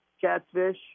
catfish